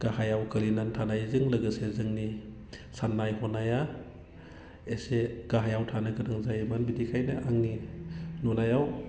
गाहायाव गोग्लैनानै थानायजों लोगोसे जोंनि साननाय हनाया एसे गाहायाव थानो गोनां जायोमोन बिदिखायनो आंनि नुनायाव